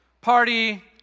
party